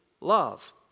love